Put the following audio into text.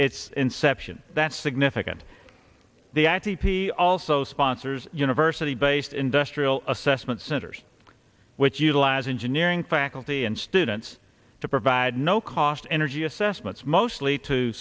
its inception that's significant the at p p also sponsors university based industrial assessment centers which utilize engineering faculty and students to provide no cost energy assessments mostly to